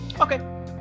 Okay